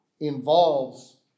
involves